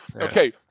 Okay